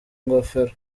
ingofero